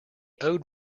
owed